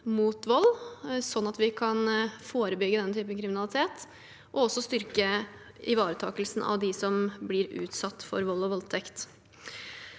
mot vold, slik at vi kan forebygge denne typen kriminalitet og også styrke ivaretakelsen av dem som blir utsatt for vold og voldtekt.